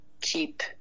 keep